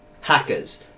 hackers